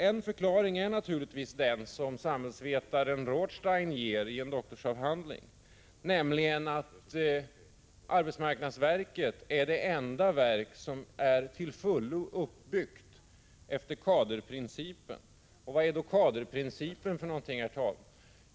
En förklaring är naturligtvis den som samhällsvetaren Rothstein ger i en doktorsavhandling, nämligen att arbetsmarknadsverket är det enda verk som till fullo är uppbyggt efter kaderprincipen. Vad är då kaderprincipen för någonting?